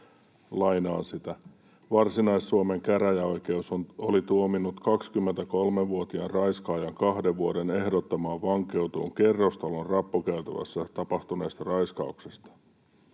Varsinais-Suomen käräjäoikeus oli tuominnut 23‑vuotiaan raiskaajan kahden vuoden ehdottomaan vankeuteen kerrostalon rappukäytävässä tapahtuneesta raiskauksesta.